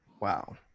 Wow